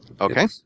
Okay